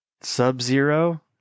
Sub-Zero